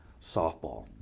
softball